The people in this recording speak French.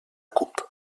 coupe